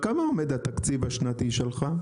על כמה עומד התקציב השנתי שלך?